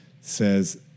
says